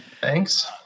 Thanks